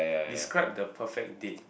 describe the perfect date